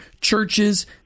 Churches